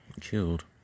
killed